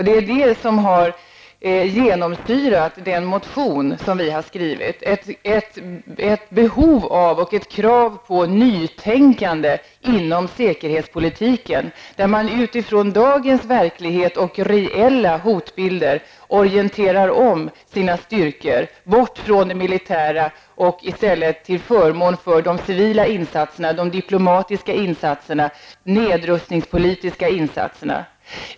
Det som har genomsyrat den motion som vi har skrivit är ett behov av och krav på nytänkande inom säkerhetspolitiken där man utifrån dagens verklighet och reella hotbilder orienterar om sina styrkor, bort från det militära till förmån för de civila, diplomatiska och nedrustningspolitiska insatserna.